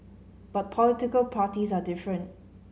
but political parties are different